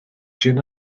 jin